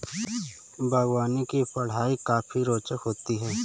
बागवानी की पढ़ाई काफी रोचक होती है